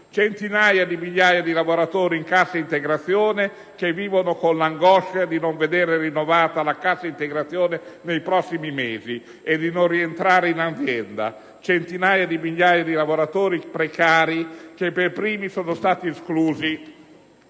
centinaia di migliaia di lavoratori in cassa integrazione, che vivono con l'angoscia di non vederla rinnovata nei prossimi mesi e di non rientrare in azienda; centinaia di migliaia di lavoratori precari, che per primi sono stati esclusi